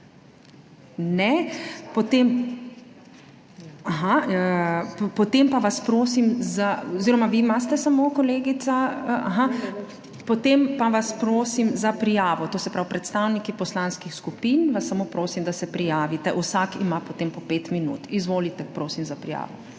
Aha, potem pa vas prosim za prijavo. To se pravi predstavniki poslanskih skupin, vas samo prosim, da se prijavite. Vsak ima potem po 5 minut. Izvolite prosim za prijavo.